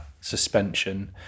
suspension